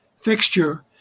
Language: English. fixture